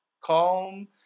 calm